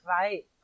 right